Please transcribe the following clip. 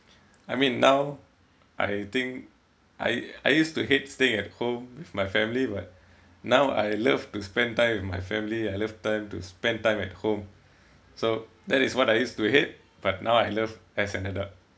I mean now I think I I used to hate staying at home with my family but now I love to spend time with my family I love time to spend time at home so that is what I used to hate but now I love as an adult